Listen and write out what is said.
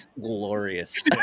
glorious